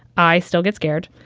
i still get scared.